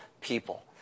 people